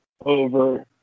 Over